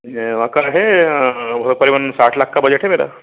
यह वहाँ का है करीबन साठ लाख का बजट है मेरा